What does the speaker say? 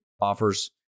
offers